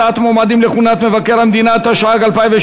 הצעת החוק נתקבלה ותועבר להכנתה לוועדת החוקה,